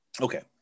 Okay